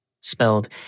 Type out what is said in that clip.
spelled